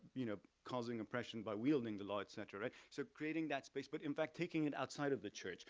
you know, causing oppression by wielding the law, et cetera, right, so creating that space, but in fact taking it outside of the church.